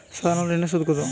সাধারণ ঋণের সুদ কত?